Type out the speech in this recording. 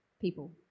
people